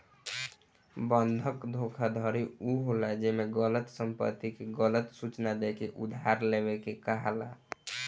बंधक धोखाधड़ी उ होला जेमे गलत संपत्ति के गलत सूचना देके उधार लेवे के कहाला